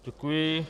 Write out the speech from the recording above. Děkuji.